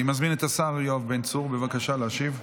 אני מזמין את השר יואב בן צור בבקשה להשיב.